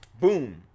boom